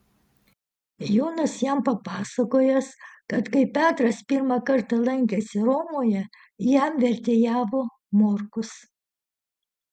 jonas jam papasakojęs kad kai petras pirmą kartą lankėsi romoje jam vertėjavo morkus